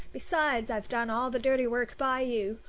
besides, i've done all the dirty work by you,